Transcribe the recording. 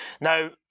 now